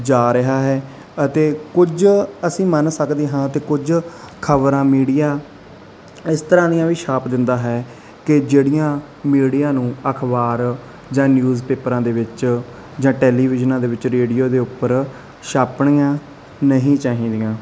ਜਾ ਰਿਹਾ ਹੈ ਅਤੇ ਕੁਝ ਅਸੀਂ ਮੰਨ ਸਕਦੇ ਹਾਂ ਤੇ ਕੁਝ ਖਬਰਾਂ ਮੀਡੀਆ ਇਸ ਤਰ੍ਹਾਂ ਦੀਆਂ ਵੀ ਛਾਪ ਦਿੰਦਾ ਹੈ ਕਿ ਜਿਹੜੀਆਂ ਮੀਡੀਆ ਨੂੰ ਅਖਬਾਰ ਜਾਂ ਨਿਊਜ਼ ਪੇਪਰਾਂ ਦੇ ਵਿੱਚ ਜਾਂ ਟੈਲੀਵਿਜ਼ਨਾਂ ਦੇ ਵਿੱਚ ਰੇਡੀਓ ਦੇ ਉੱਪਰ ਛਾਪਣੀਆਂ ਨਹੀਂ ਚਾਹੀਦੀਆਂ